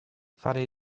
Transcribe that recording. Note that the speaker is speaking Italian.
fare